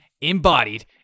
embodied